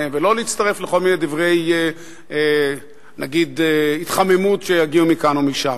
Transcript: ולא להצטרף לכל מיני דברי התחממות שיגיעו מכאן או משם.